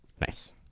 nice